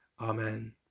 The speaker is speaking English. Amen